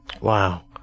Wow